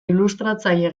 ilustratzaile